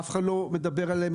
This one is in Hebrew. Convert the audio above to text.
אף אחד לא מדבר עליהם,